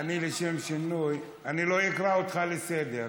לשם שינוי לא אקרא אותך לסדר,